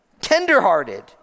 tenderhearted